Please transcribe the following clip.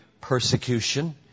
Persecution